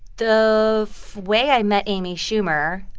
the way i met amy schumer,